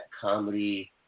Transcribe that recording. comedy